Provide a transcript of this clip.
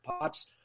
pops